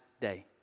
day